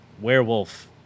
werewolf